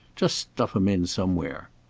just stuff em in somewhere.